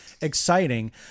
exciting